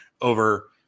over